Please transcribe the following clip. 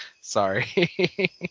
Sorry